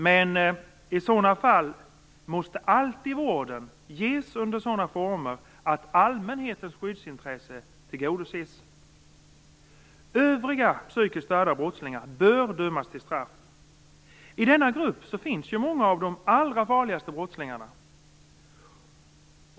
Men i sådana fall måste alltid vården ges under sådana former att allmänhetens skyddsintresse tillgodoses. Övriga psykiskt störda brottslingar bör dömas till straff. I denna grupp finns många av de allra farligaste brottslingarna.